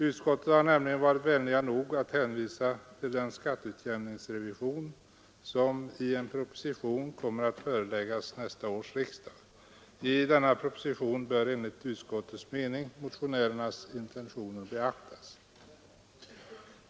Utskottet har nämligen varit vänligt nog att hänvisa till den skatteutjämningsrevision som i en proposition kommer att föreläggas nästa års riksdag. I denna proposition bör enligt utskottets mening motionärernas intentioner beaktas.